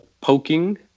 poking